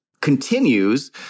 continues